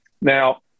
Now